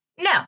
no